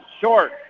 short